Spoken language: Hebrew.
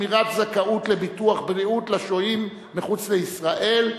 שמירת זכאות לביטוח בריאות לשוהים מחוץ לישראל),